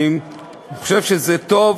אני חושב שזה טוב,